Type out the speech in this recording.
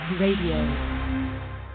RADIO